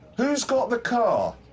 who's got the car?